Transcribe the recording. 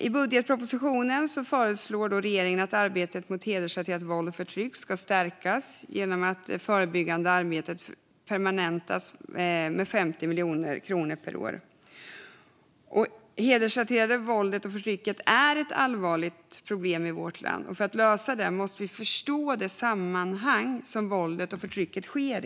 I budgetpropositionen föreslår regeringen att arbetet mot hedersrelaterat våld och förtryck ska stärkas genom att det förebyggande arbetet permanentas med 50 miljoner kronor per år. Det hedersrelaterade våldet och förtrycket är ett allvarligt problem i vårt land. För att lösa det måste vi förstå det sammanhang som våldet och förtrycket sker i.